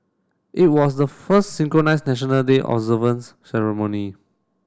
it was the first synchronised National Day observance ceremony